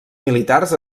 militars